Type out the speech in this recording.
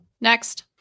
Next